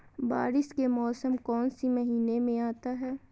बारिस के मौसम कौन सी महीने में आता है?